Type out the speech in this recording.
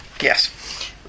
Yes